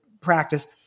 practice